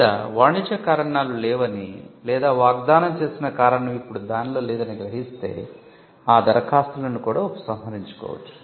లేదా వాణిజ్య కారణాలు లేవని లేదా వాగ్దానం చేసిన కారణం ఇప్పుడు దానిలో లేదని గ్రహిస్తే ఆ దరఖాస్తులను కూడా ఉపసంహరించుకోవచ్చు